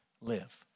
live